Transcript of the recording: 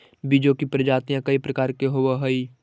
बीजों की प्रजातियां कई प्रकार के होवअ हई